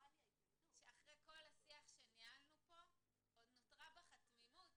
שאחרי כל השיח שניהלנו פה עוד נותרה בך התמימות